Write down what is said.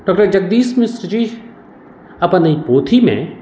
doctor Jagdish Mishraji अपन एहि पोथीमे